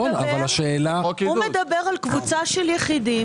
הוא מדבר על קבוצה של יחידים,